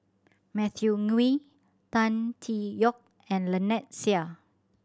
Matthew Ngui Tan Tee Yoke and Lynnette Seah